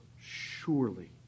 surely